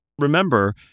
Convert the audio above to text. Remember